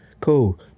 Cool